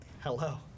Hello